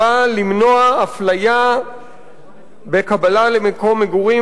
והיא באה למנוע אפליה בקבלה למקום מגורים